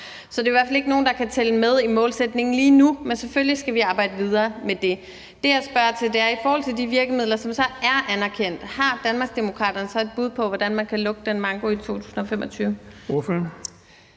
Så det er i hvert fald ikke nogen, der kan tælle med i målsætningen lige nu, men selvfølgelig skal vi arbejde videre med det. Det, jeg spørger til, er: I forhold til de virkemidler, som så er anerkendt, har Danmarksdemokraterne så et bud på, hvordan man kan lukke den manko i 2025?